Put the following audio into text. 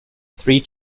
three